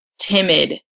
timid